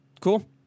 Cool